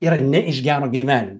yra ne iš gero gyvenimo